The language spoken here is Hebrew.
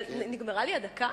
נגמרה לי הדקה?